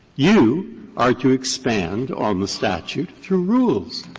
you are to expand on the statute through rules.